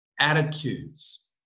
attitudes